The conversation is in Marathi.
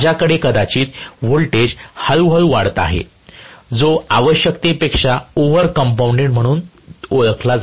तर माझ्याकडे कदाचित व्होल्टेज हळू हळू वाढत आहे जो आवश्यकतेपेक्षा ओव्हर कंपाऊंडेड म्हणून ओळखला जातो